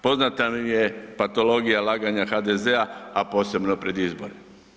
Poznata nam je patologija laganja HDZ-a, a posebno pred izbore.